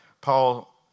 Paul